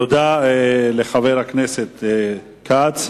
תודה לחבר הכנסת כץ.